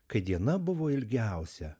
kai diena buvo ilgiausia